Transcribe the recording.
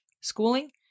schooling